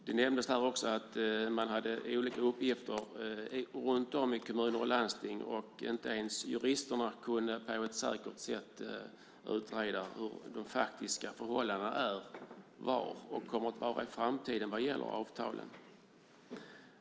Det nämndes här att man har olika uppgifter runt om i kommuner och landsting och att inte ens juristerna på ett säkert sätt kunnat utreda hur de faktiska förhållandena är och kommer att vara i framtiden vad gäller avtalen.